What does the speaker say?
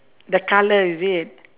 the colour is it